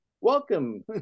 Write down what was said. Welcome